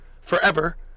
forever